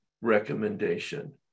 recommendation